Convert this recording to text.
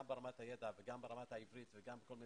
גם ברמת הידע וגם ברמת העברית ובכל מיני